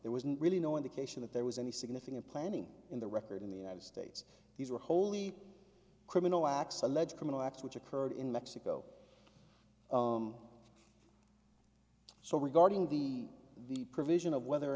he was really no indication that there was any significant planning in the record in the united states these were wholly criminal acts alleged criminal acts which occurred in mexico so regarding the the provision of whether or